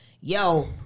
yo